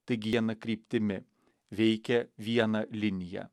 taigi viena kryptimi veikia viena linija